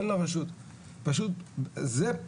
אין לרשות.